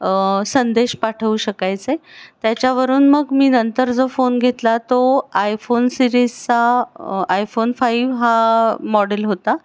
संदेश पाठवू शकायचे त्याच्यावरून मग मी नंतर जो फोन घेतला तो आयफोन सिरीजचा आयफोन फाईव्ह हा मॉडेल होता